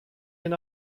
den